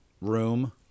room